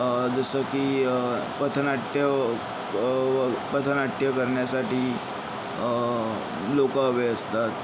जसं की पथनाट्य पथनाट्य करण्यासाठी लोक हवे असतात